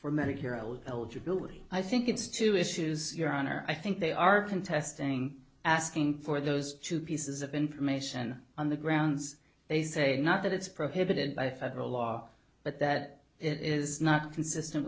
debility i think it's two issues your honor i think they are contesting asking for those two pieces of information on the grounds they say not that it's prohibited by federal law but that it is not consistent